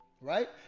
right